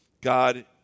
God